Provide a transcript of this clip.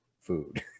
food